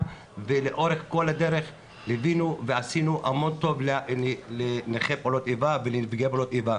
ולאורך כל הדרך ליווינו ועשינו המון טוב לנכי ונפגעי פעולות איבה.